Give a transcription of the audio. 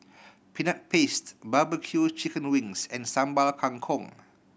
Peanut Paste barbecue chicken wings and Sambal Kangkong